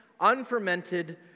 unfermented